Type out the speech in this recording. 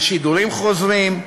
על שידורים חוזרים,